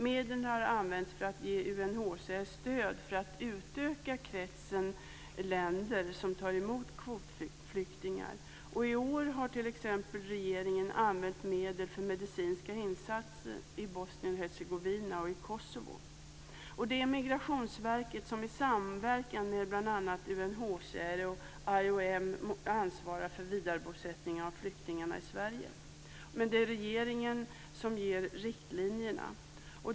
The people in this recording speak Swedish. Medlen har använts för att ge UNHCR stöd för att utöka kretsen länder som tar emot kvotflyktingar. I år har t.ex. regeringen använt medel för medicinska insatser i Bosnien Hercegovina och i Kosovo. Det är Migrationsverket som i samverkan med bl.a. UNHCR och IOM ansvarar för vidarebosättning för flyktingar i Sverige. Men det är regeringen som ger riktlinjerna.